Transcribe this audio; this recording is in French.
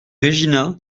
regina